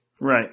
Right